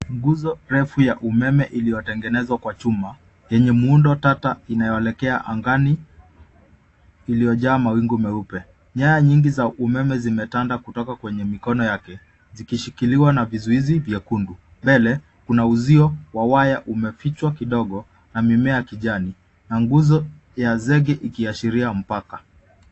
Nguzo refu ya umeme iliyotengenezwa kwa chuma yenye muundo tata inayoelekea angani iliyojaa mawingu meupe. Nyaya nyingi za umeme zimetanda kutoka kwenye mikono yake zikishikiliwa na vizuizi nyekundu. Mbele kuna uzio wa waya umefichwa kidogo na mimea ya kijani na nguzo ya zege ikiashiria mpaka.